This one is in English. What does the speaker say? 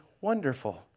wonderful